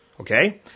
Okay